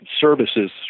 services